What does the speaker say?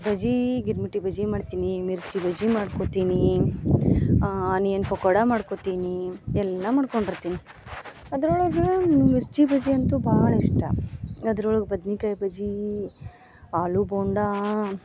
ಬಜ್ಜಿ ಗಿರ್ಮಿಟಿ ಬಜ್ಜಿ ಮಾಡ್ತೀನಿ ಮಿರ್ಚಿ ಬಜ್ಜಿ ಮಾಡ್ಕೊತೀನಿ ಆನಿಯನ್ ಪಕೋಡ ಮಾಡ್ಕೊತೀನಿ ಎಲ್ಲಾ ಮಾಡ್ಕೊಂಡಿರ್ತೀನಿ ಅದ್ರೊಳಗೆ ಮಿರ್ಚಿ ಬಜ್ಜಿ ಅಂತು ಭಾಳ ಇಷ್ಟ ಅದ್ರೊಳಗೆ ಬದ್ನಿಕಾಯಿ ಬಜ್ಜಿ ಆಲೂ ಬೋಂಡ